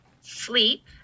sleep